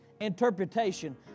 interpretation